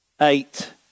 eight